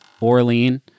Orlean